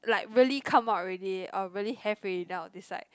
like really come out already or really have already then I'll decide